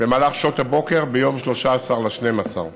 במהלך שעות הבוקר ביום 13 בדצמבר,